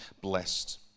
blessed